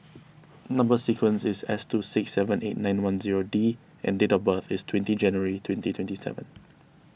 Number Sequence is S two six seven eight nine one zero D and date of birth is twenty January twenty twenty seven